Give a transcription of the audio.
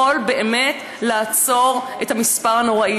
יכול באמת לעצור את המספר הנוראי.